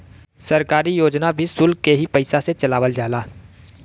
सरकारी योजना भी सुल्क के ही पइसा से चलावल जाला